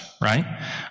right